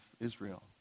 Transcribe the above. Israel